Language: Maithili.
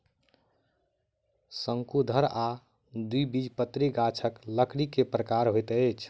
शंकुधर आ द्विबीजपत्री गाछक लकड़ी के प्रकार होइत अछि